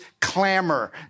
clamor